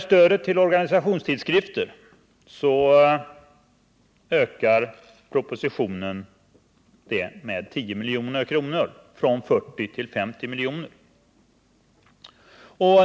Stödet till organisationstidskrifter föreslås i propositionen öka med 10 milj.kr., eller från 40 till 50 milj.kr.